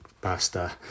pasta